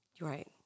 Right